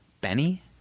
Benny